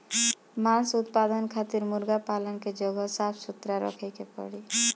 मांस उत्पादन खातिर मुर्गा पालन कअ जगह साफ सुथरा रखे के पड़ी